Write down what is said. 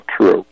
true